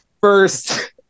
First